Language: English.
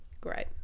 Great